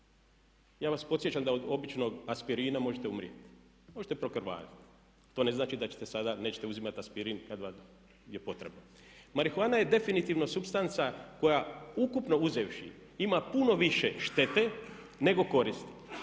Ja vas podsjećam da od obično aspirina možete umrijeti, možete prokrvariti. To ne znači da ćete sada, nećete uzimat aspirin kad vam je potrebno. Marihuana je definitivno supstanca koja ukupno uzevši ima puno više štete nego koristi.